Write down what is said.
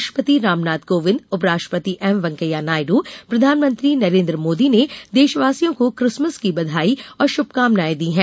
राष्ट्रपति रामनाथ कोविंद उपराष्ट्रपति एम वेंकैया नायडू प्रधानमंत्री नरेन्द्र मोदी ने देशवासियों को क्रिसमस की बधाई और शुभकामनाएं दी हैं